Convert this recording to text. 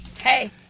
Hey